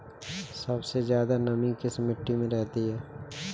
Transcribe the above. सबसे ज्यादा नमी किस मिट्टी में रहती है?